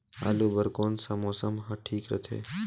आलू बार कौन सा मौसम ह ठीक रथे?